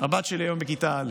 הבת שלי היום בכיתה א'.